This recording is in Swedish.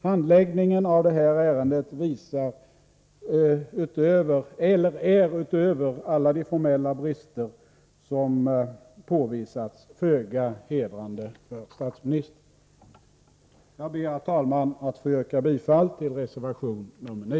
Handläggningen av den delen av ärendet är, utöver alla de formella brister som påvisats, föga hedrande för statsministern. Herr talman! Jag ber att få yrka bifall till reservation nr 9.